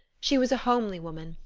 she was a homely woman,